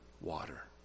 water